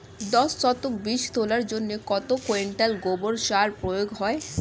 দশ শতক বীজ তলার জন্য কত কুইন্টাল গোবর সার প্রয়োগ হয়?